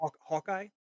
Hawkeye